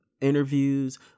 interviews